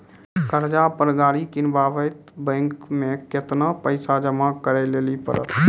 कर्जा पर गाड़ी किनबै तऽ बैंक मे केतना पैसा जमा करे लेली पड़त?